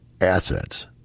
assets